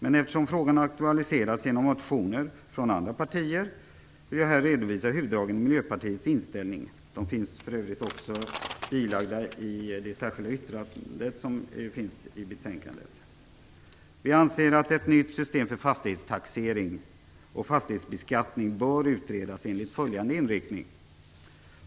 Men eftersom frågan aktualiserats genom motioner från andra partier vill jag här redovisa huvuddragen i Miljöpartiets inställning. De finns för övrigt också bilagda i det särskilda yttrande som finns till betänkandet. Vi anser att ett nytt system för fastighetstaxering och fastighetsbeskattning bör utredas med följande inriktning.